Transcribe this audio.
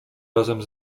razem